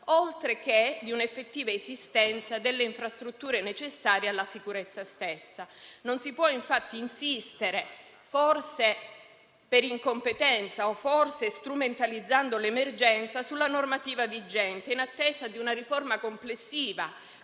oltre che l'effettiva esistenza di infrastrutture necessarie alla sicurezza stessa. Non si può insistere, infatti, forse per incompetenza o forse strumentalizzando l'emergenza, sulla normativa vigente, in attesa di una riforma complessiva